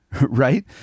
right